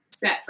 Set